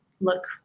look